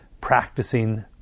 practicing